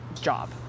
job